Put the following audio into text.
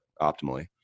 optimally